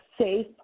safe